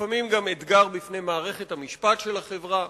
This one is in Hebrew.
לפעמים גם אתגר בפני מערכת המשפט של החברה,